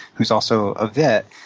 who's also a vet,